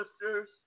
sisters